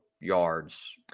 yards